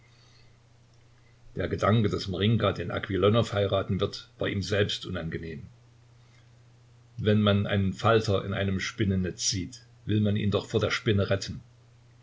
der gedanke daß marinjka den aquilonow heiraten wird war ihm selbst unangenehm wenn man einen falter in einem spinnennetz sieht will man ihn doch vor der spinne retten